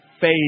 faith